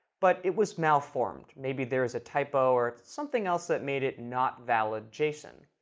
but it was malformed. maybe there is a typo or something else that made it not valid json.